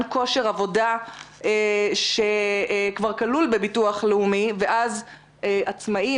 כושר עבודה שכבר כלול בביטוח הלאומי ואז עצמאים